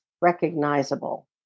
recognizable